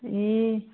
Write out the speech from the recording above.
ए